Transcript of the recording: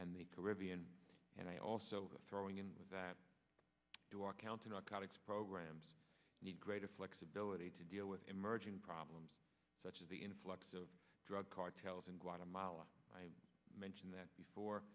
and the caribbean and i also throwing in with that do our counter narcotics programs need greater flexibility to deal with emerging problems such as the influx of drug cartels in guatemala i mentioned that before